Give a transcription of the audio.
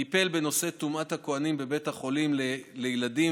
טיפל בנושא טומאת הכוהנים בבית החולים לילדים